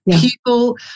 people